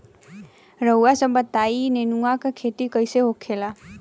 रउआ सभ बताई नेनुआ क खेती कईसे होखेला?